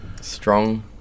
strong